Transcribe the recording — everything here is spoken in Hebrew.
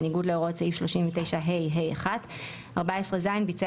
בניגוד להוראות סעיף 39ה(ה)(2); (14ז) ביצע